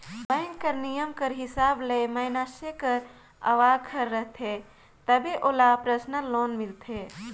bank कर नियम कर हिसाब ले मइनसे कर आवक हर रहथे तबे ओला परसनल लोन मिलथे